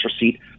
receipt